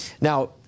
Now